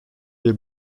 bir